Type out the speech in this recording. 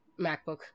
macbook